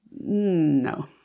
no